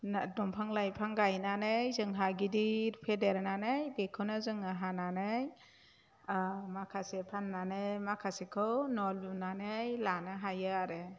दंफां लाइफां गायनानै जोंहा गिदिर फेदेरनानै बेखौनो जोङो हानानै माखासे फाननानै माखासेखौ न' लुनानै लानो हायो आरो